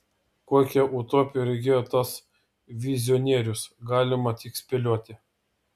kokią utopiją regėjo tas vizionierius galima tik spėlioti